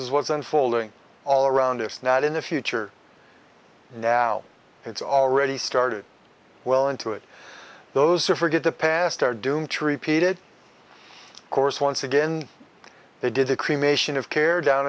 is what's unfolding all around us not in the future now it's already started well into it those are forget the past are doomed to repeat it course once again they did it cremation of care down